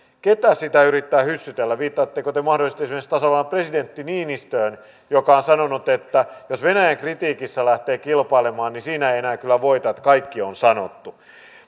kuka sitä yrittää hyssytellä viittaatteko te mahdollisesti esimerkiksi tasavallan presidentti niinistöön joka on sanonut että jos venäjän kritiikissä lähtee kilpailemaan niin siinä ei enää kyllä voita että kaikki on sanottu